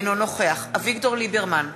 אינו נוכח אביגדור ליברמן,